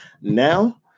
Now